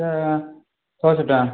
ଦଶା ଛଅ ଶହ ଟଙ୍କା